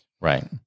Right